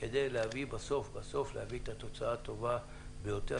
כדי שבסוף בסוף להביא את התוצאה הטובה ביותר.